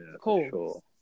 Cool